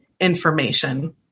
information